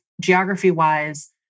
geography-wise